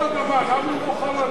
למה הוא לא חל עלי ועליך,